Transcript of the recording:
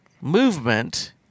movement